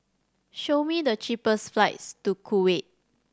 show me the cheapest flights to Kuwait